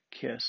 kiss